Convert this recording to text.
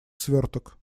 сверток